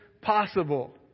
possible